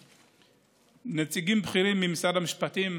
נציגים בכירים ממשרד המשפטים,